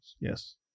yes